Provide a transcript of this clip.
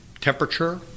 temperature